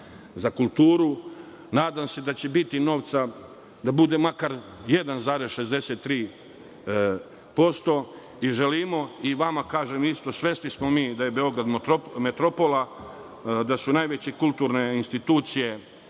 za kulturu. Nadam se da će biti novca da bude makar 1,63%. Želimo i vama kažem isto, svesni smo da je Beograd metropola, da su najveće kulturne institucije